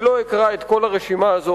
אני לא אקרא את כל הרשימה הזאת,